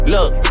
Look